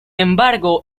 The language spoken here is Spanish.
embargo